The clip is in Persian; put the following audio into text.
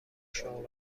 شغل